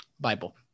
Bible